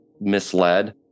misled